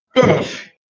finish